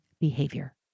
behavior